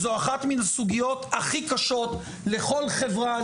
זו אחת מן הסוגיות הכי קשות לכל חברה,